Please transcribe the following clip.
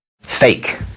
fake